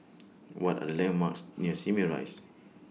What Are The landmarks near Simei Rise